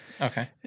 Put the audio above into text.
Okay